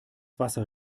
wasser